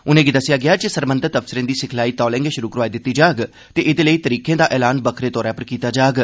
उनें'गी दस्सेआ गेआ जे सरबंधत अफसरें दी सिखलाई तौले गै शुरु करोआई जाग ते एह्दे लेई तरीखें दा ऐलान बक्खरे तौर पर कीता जाग